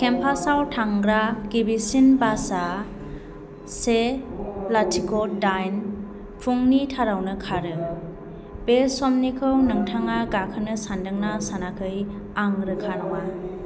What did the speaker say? केम्पासाव थांग्रा गिबिसिन बासआ से लाथिख' दाइन फुंबिलि थारावनो खारो बे समनिखौ नोंथाङा गाखोनो सानदोंना सानाखै आं रोखा नङा